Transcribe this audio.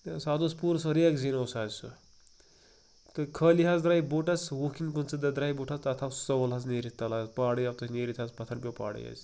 تہٕ سُہ حظ اوس پوٗرٕ سُہ ریگزیٖن اوس حظ سُہ تہٕ خٲلی حظ درٛاے بُوٗٹس وُہ کنہٕ پٕنژٕہ دۄہ درٛاے بُوٗٹَس تَتھ آو سول حظ نیٖرِتھ تَلہ پاڑٕے آو تَتھ نیٖرِتھ حظ پَتھَر پیٛو پاڑٕے حظ